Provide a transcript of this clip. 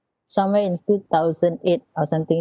somewhere in two thousand eight or something